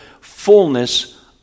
fullness